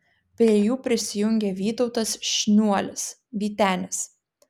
prie jų prisijungė vytautas šniuolis vytenis